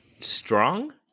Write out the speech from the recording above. Strong